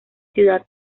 ciudad